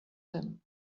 him